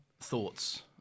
thoughts